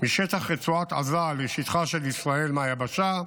משטח רצועת עזה לשטחה של ישראל מהיבשה,